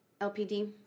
LPD